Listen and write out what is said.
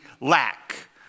lack